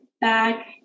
back